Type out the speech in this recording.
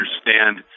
understand